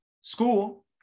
school